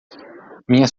minha